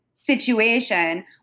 situation